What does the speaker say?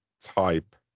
type